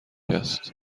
است